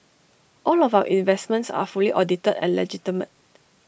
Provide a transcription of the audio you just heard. all of our investments are fully audited and legitimate